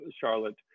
Charlotte